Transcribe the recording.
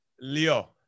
leo